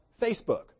Facebook